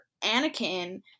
Anakin